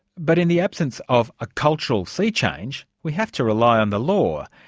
but in the absence of a cultural sea change, we have to rely on the law,